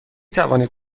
توانید